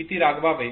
किती रागवावे